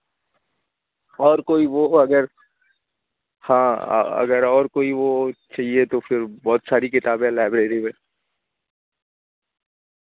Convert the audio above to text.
اور کوئی وہ اگر ہاں اگر اور کوئی وہ چاہیے تو پھر بہت ساری کتابیں لائبریری میں